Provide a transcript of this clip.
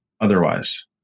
otherwise